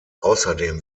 außerdem